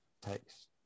takes